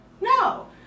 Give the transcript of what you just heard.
No